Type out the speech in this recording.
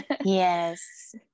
yes